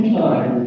time